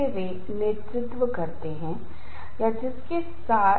और यहाँ यह उन विशेष इकाई के कर्मचारियों के बीच तनाव पैदा करेगा जो उत्पादन कर रहे हैं